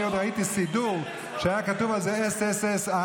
אני ראיתי סידור שהיה כתוב על זה SSSR,